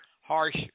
harsh